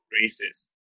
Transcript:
races